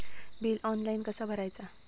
Bill online कसा भरायचा?